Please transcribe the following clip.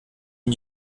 ihn